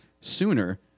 sooner